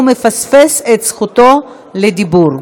מפספס את זכותו לדיבור.